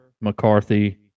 McCarthy